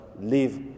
live